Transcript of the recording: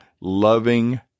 loving